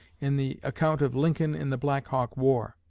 in the account of lincoln in the black hawk war.